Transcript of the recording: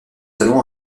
salon